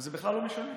וזה בכלל לא משנה.